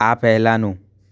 આ પહેલાંનું